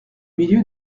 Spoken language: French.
milieu